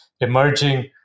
emerging